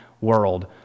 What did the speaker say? world